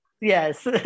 Yes